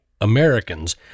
Americans